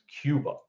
cuba